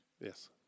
Yes